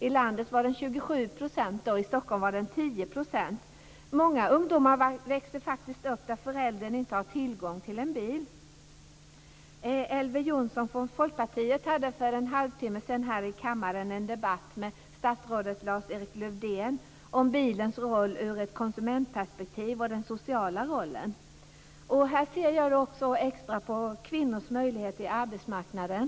I landet var det 27 %, i Stockholm 10 %. Många ungdomar växer faktiskt upp där föräldern inte har tillgång till en bil. Elver Jonsson från Folkpartiet hade för en halvtimme sedan här i kammaren en debatt med statsrådet Lars-Erik Lövdén om bilens roll ur ett konsumentperspektiv och den sociala rollen. Jag ser här extra på kvinnors möjlighet till arbetsmarknaden.